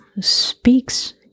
speaks